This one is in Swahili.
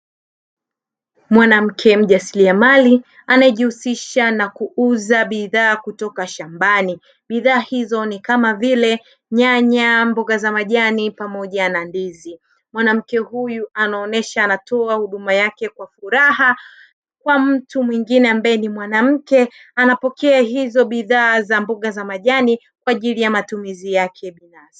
Mwanamke mjasiliamali anayejihusisha na kuuza bidhaa kutoka shambani bidhaa hizo ni kama vile nyanya, mboga za majani, pamoja na ndizi mwanamke huyu anaonesha anatoa huduma yake kwa furaha kwa mtu mwingine ambaye ni mwanamke anapokea hizo bidhaa za mboga za majani kwa ajili ya matumizi yake binafsi.